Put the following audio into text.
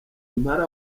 impala